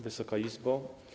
Wysoka Izbo!